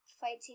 fighting